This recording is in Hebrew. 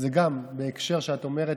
גם בהקשר שאת אומרת,